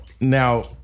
now